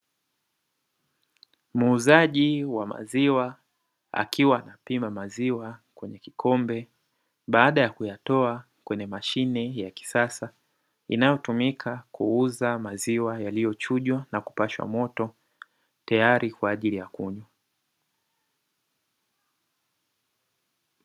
Muuzaji wa maziwa akiwa anapima maziwa kwenye kikombe, baada ya kuyatoa kwenye mashine ya kisasa inayotumika kuuza maziwa yaliyochujwa na kupashwa moto, tayari kwa ajili ya kunywa.